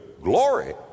glory